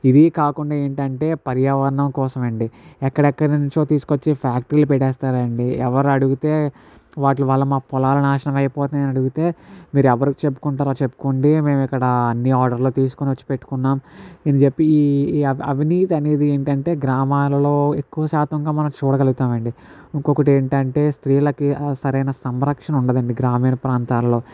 ఇవి కాకుండా ఏంటంటే పర్యావరణం కోసం అండి ఎక్కడెక్కడ నుంచో తీసుకొచ్చి ఫ్యాక్టరీలు పెట్టేస్తారండి ఎవరు అడిగితే వాటి వల్ల మా పొలాల నాశనం అయిపోపోతున్నాయి అడిగితే మీరు ఎవరికి చెప్పుకుంటారో చెప్పుకోండి మేమిక్కడ అన్నీ ఆర్డర్ లు తీసుకొని వచ్చి పెట్టుకున్నాం ఇది చెప్పి ఈ అవినీతి అనేది ఏంటంటే గ్రామాలలో ఎక్కువ శాతంగా మనం చూడగలుగుతామండి ఇంకొకటి ఏంటంటే స్త్రీలకి సరైన సంరక్షణ ఉండదండి గ్రామీణ ప్రాంతాల్లో